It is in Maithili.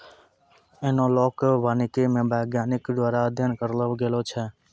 एनालाँक वानिकी मे वैज्ञानिक द्वारा अध्ययन करलो गेलो छै